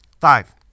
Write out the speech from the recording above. Five